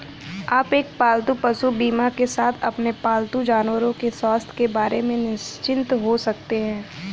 आप एक पालतू पशु बीमा के साथ अपने पालतू जानवरों के स्वास्थ्य के बारे में निश्चिंत हो सकते हैं